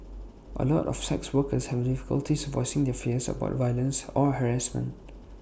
A lot of sex workers have difficulties voicing their fears about violence or harassment